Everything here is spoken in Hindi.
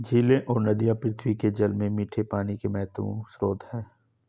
झीलें और नदियाँ पृथ्वी के जल में मीठे पानी के महत्वपूर्ण स्रोत हैं